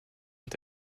est